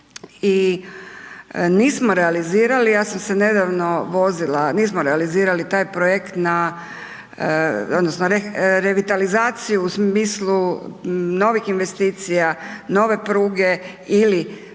i nismo realizirali, ja sam se nedavno vozila, nismo realizirali taj projekt na odnosno revitalizaciju u smislu novih investicija, nove pruge ili